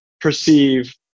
perceive